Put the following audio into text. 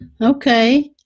Okay